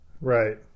Right